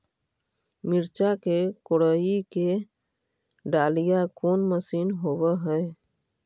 मिरचा के कोड़ई के डालीय कोन मशीन होबहय?